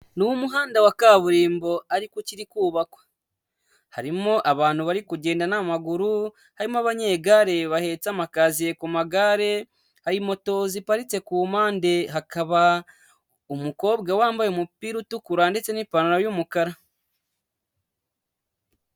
Ni umuhanda wa kaburimbo ariko ukiri kubakwa, harimo abantu bari kugenda n'amaguru, harimo abanyegare bahetse amakaziye ku magare, hari moto ziparitse ku mpande, hakaba umukobwa wambaye umupira utukura ndetse n'ipantaro y'umukara.